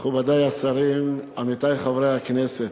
מכובדי השרים, עמיתי חברי הכנסת,